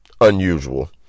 unusual